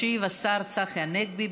ישיב השר צחי הנגבי.